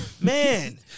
Man